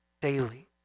daily